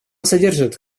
содержит